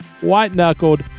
white-knuckled